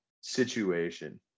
situation